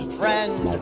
friend